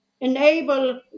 enable